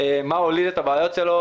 מה הוליד את הבעיות שלו,